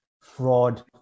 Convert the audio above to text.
fraud